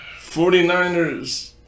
49ers